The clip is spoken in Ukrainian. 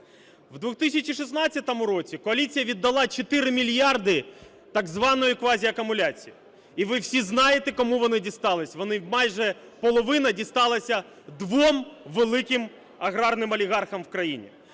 В 2016 році коаліція віддала 4 мільярди так званої квазі-акумуляції, і ви всі знаєте, кому вони дістались. Вони майже половина дісталася двом великим аграрним олігархам в країні.